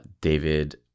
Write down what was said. David